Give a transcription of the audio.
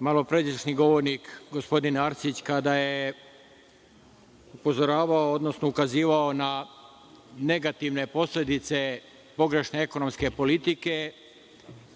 Malopređašnji govornik, gospodin Arsić, kada je upozoravao odnosno ukazivao na negativne posledice pogrešne ekonomske politike,